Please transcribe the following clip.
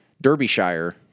Derbyshire –